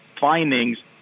findings